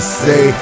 say